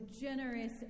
generous